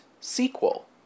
sequel